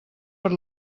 per